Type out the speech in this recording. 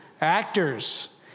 actors